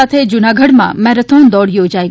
સાથે જૂનાગઢમાં મેરેથોન દોડ યોજાઈ